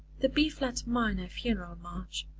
the b flat minor funeral march,